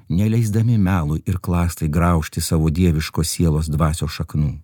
neleisdami melui ir klastai graužti savo dieviškos sielos dvasios šaknų